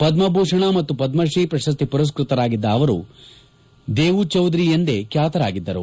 ಪದ್ಮಭೂಷಣ ಮತ್ತು ಪದ್ಮಶ್ರೀ ಪ್ರಶಸ್ತಿ ಪುರಸ್ಕೃತರಾಗಿದ್ದ ಅವರು ದೇವು ಚೌಧರಿ ಎಂದೇ ಖ್ಯಾತರಾಗಿದ್ದರು